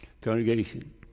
Congregation